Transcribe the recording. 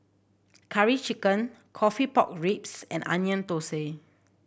Curry Chicken coffee pork ribs and Onion Thosai